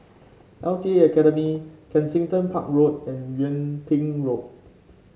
L T A Academy Kensington Park Road and Yung Ping Road